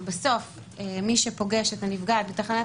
אבל בסוף מי שפוגש את הנפגעת בתחנת